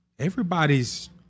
Everybody's